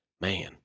man